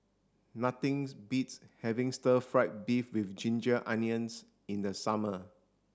nothing beats having stir fried beef with ginger onions in the summer